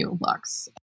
looks